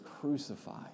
crucified